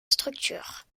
structure